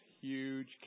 huge